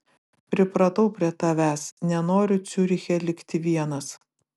pripratau prie tavęs nenoriu ciuriche likti vienas